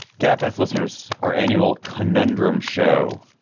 gabfests listeners, our annual conundrum show,